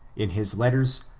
in his letters,